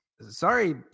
sorry